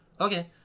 okay